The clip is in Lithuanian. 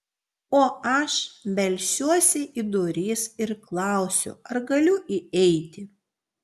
o aš belsiuosi į duris ir klausiu ar galiu įeiti